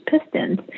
pistons